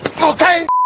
Okay